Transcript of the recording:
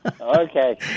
Okay